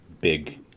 big